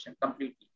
completely